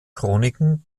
chroniken